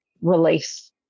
release